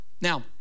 Now